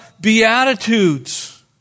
Beatitudes